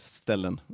ställen